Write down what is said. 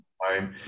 home